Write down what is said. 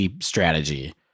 strategy